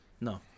No